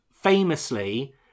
famously